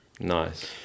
Nice